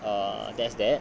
err that's that